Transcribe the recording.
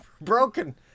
broken